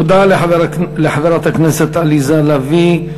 תודה לחברת הכנסת עליזה לביא.